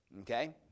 Okay